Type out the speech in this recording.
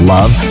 Love